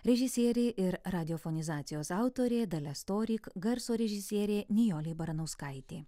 režisierė ir radiofonizacijos autorė dalia storyk garso režisierė nijolė baranauskaitė